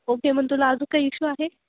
okay मग तुला आजून काही इशू आहे